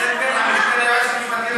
דינה זילבר והמשנה ליועץ המשפטי לממשלה.